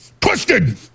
twisted